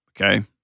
okay